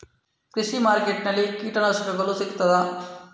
ಕೃಷಿಮಾರ್ಕೆಟ್ ನಲ್ಲಿ ಕೀಟನಾಶಕಗಳು ಸಿಗ್ತದಾ?